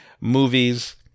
movies